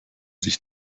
sich